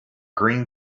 green